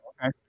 Okay